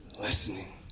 Listening